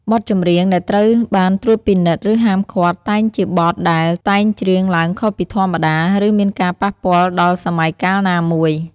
បទចម្រៀងដែលត្រូវបានត្រួតពិនិត្យ ឬហាមឃាត់តែងជាបទដែល តែងច្រៀងឡើងខុសពីធម្មតា ឬមានការប៉ះពាល់ដល់សម័យកាលណាមួយ។